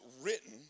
written